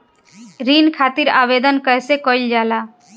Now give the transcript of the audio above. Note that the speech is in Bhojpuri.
ऋण खातिर आवेदन कैसे कयील जाला?